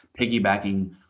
piggybacking